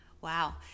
wow